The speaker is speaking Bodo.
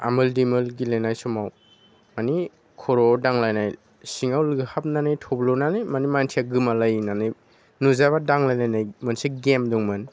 आमोल दिमोल गेलेनाय समाव माने खर'आव दांलायनाय सिङाव लोहाबनानै थब्ल'नानै माने मानसिया गोमालायनानै नुजाबा दांलायलायनाय मोनसे गेम दंमोन